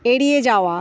এড়িয়ে যাওয়া